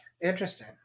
interesting